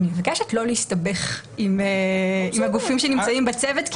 אני מבקשת לא להסתבך עם הגופים שנמצאים בצוות.